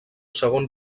segon